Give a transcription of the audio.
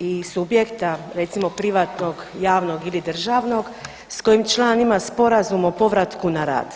i subjekta recimo privatnog ili javnog s kojim član ima sporazum o povratku na rad?